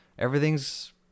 Everything's